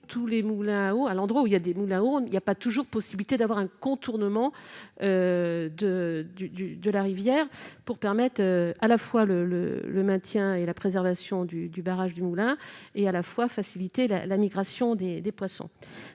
à l'endroit où il y a des moules où on il y a pas toujours possibilité d'avoir un contournement de du du de la rivière pour permettre à la fois le le le maintien et la préservation du du barrage du Moulin et à la fois faciliter la migration des des poissons,